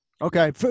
Okay